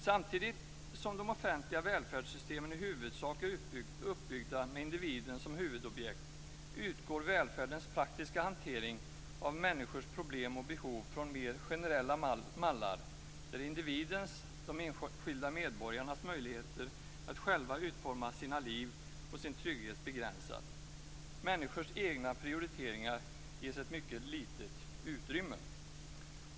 Samtidigt som de offentliga välfärdssystemen i huvudsak är uppbyggda med individen som huvudobjekt, utgår välfärdens praktiska hantering av människors problem och behov från mer generella mallar. Individens - de enskilda medborgarnas - möjligheter att själv utforma sitt liv och sin trygghet begränsas. Människors egna prioriteringar ges ett mycket litet utrymme.